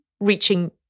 reaching